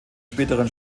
späteren